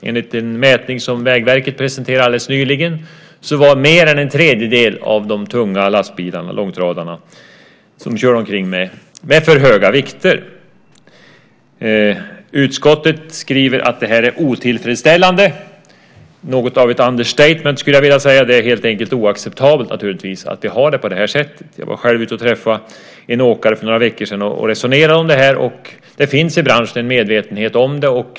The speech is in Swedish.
Enligt en mätning som Vägverket presenterade alldeles nyligen var det mer än en tredjedel av de tunga långtradarna som körde omkring med för höga vikter. Utskottet skriver att det är otillfredsställande. Det är något av ett understatement, skulle jag vilja säga. Det är naturligtvis helt enkelt oacceptabelt att vi har det på det här sättet. Jag var själv ute och träffade en åkare för några veckor sedan och resonerade om detta. Det finns i branschen en medvetenhet om det.